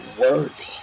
worthy